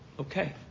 okay